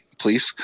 please